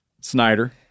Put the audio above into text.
Snyder